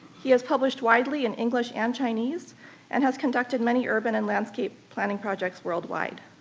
he has published widely in english and chinese and has conducted many urban and landscape planning projects worldwide.